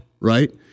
right